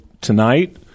tonight